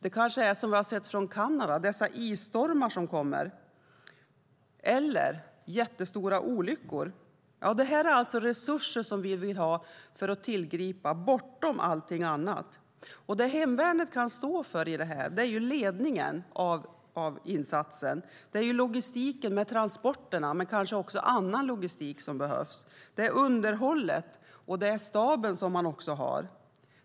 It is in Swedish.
Det kanske handlar om isstormar som vi har sett i Kanada eller om jättestora olyckor. Det här är alltså resurser som vi vill ha för att kunna tillgripa bortom allting annat, och det hemvärnet kan stå för i det här är ledningen av insatsen. Det är logistiken med transporterna men kanske också annan logistik som behövs. Det är underhållet, och det är staben som man också har.